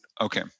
Okay